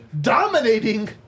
dominating